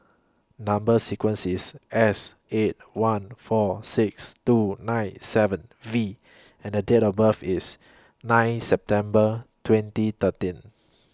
Number sequence IS S eight one four six two nine seven V and Date of birth IS nine September twenty thirteen